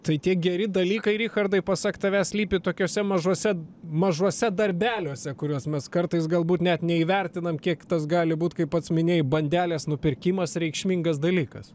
tai tie geri dalykai richardai pasak tavęs slypi tokiuose mažuose mažuose darbeliuose kuriuos mes kartais galbūt net neįvertinam kiek tas gali būt kaip pats minėjai bandelės nupirkimas reikšmingas dalykas